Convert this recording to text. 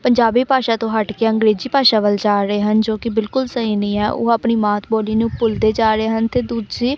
ਪੰਜਾਬੀ ਭਾਸ਼ਾ ਤੋਂ ਹਟ ਕੇ ਅੰਗਰੇਜ਼ੀ ਭਾਸ਼ਾ ਵੱਲ ਜਾ ਰਹੇ ਹਨ ਜੋ ਕਿ ਬਿਲਕੁਲ ਸਹੀ ਨਹੀਂ ਹੈ ਉਹ ਆਪਣੀ ਮਾਤ ਬੋਲੀ ਨੂੰ ਭੁੱਲਦੇ ਜਾ ਰਹੇ ਹਨ ਅਤੇ ਦੂਜੇ